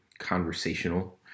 conversational